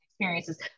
experiences